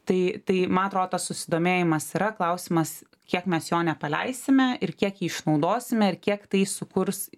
tai tai ma atro tas susidomėjimas yra klausimas kiek mes jo nepaleisime ir kiek jį išnaudosime ir kiek tai sukurs